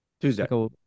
Tuesday